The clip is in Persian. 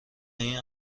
این